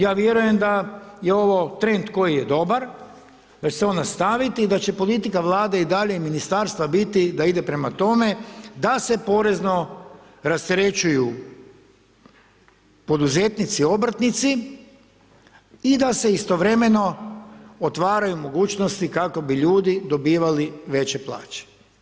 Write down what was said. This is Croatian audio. Ja vjerujem da je ovo trend koji je dobar da će se on nastaviti, da će politika Vlade i dalje i Ministarstva biti da ide prema tome da se porezno rasterećuju poduzetnici, obrtnici i da se istovremeno otvaraju mogućnosti kako bi ljudi dobivali veće plaće.